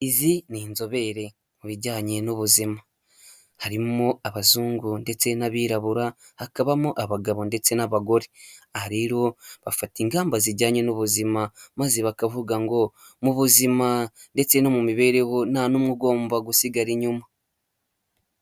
Izi ni inzobere mu bijyanye n'ubuzima, harimo abazungu ndetse n'abirabura, hakabamo abagabo ndetse n'abagore, aha rero bafata ingamba zijyanye n'ubuzima, maze bakavuga ngo mu buzima ndetse no mu mibereho nta n'umwe ugomba gusigara inyuma.